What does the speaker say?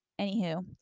anywho